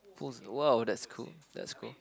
who's !wow! that's cool that's cool